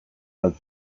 ahal